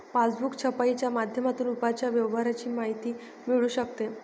passbook छपाईच्या माध्यमातून रुपयाच्या व्यवहाराची माहिती मिळू शकते